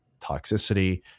toxicity